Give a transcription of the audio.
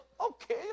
okay